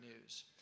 news